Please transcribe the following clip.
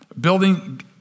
building